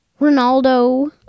Ronaldo